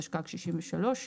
התשכ"ג-1963,